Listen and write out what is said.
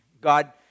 God